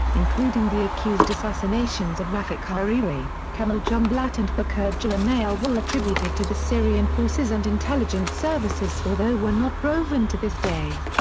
including the accused assassinations of rafik hariri, kamal jumblat and bachir gemayel were attributed to the syrian forces and intelligence services although were not proven to this day.